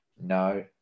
No